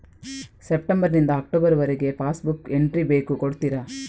September ನಿಂದ October ವರಗೆ pass book entry ಬೇಕು ಕೊಡುತ್ತೀರಾ?